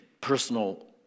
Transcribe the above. personal